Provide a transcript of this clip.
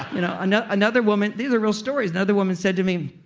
you know and another woman, these are real stories. another woman said to me,